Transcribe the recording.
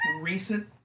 recent